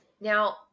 Now